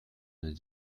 the